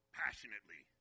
passionately